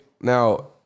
now